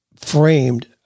framed